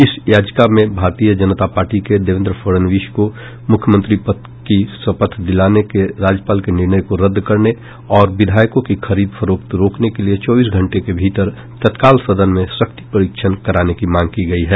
इस याचिका में भारतीय जनता पार्टी के देवेंद्र फडणवीस को मुख्यमंत्री पद की शपथ दिलाने के राज्यपाल के निर्णय को रद्द करने और विधायकों की खरीद फरोख्त रोकने के लिए चौबीस घंटे के भीतर तत्काल सदन में शक्ति परीक्षण कराने की मांग की गई है